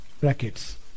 brackets